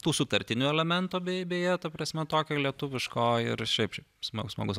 tų sutartinių elementų bei beje ta prasme tokio lietuviško ir šiaip smagu smagus